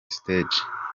stage